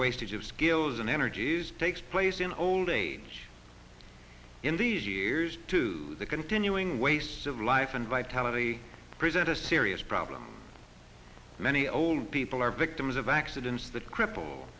wastage of skills and energies takes place in old age in the years to the continuing waste of life and vitality present a serious problem many old people are victims of accidents that cripple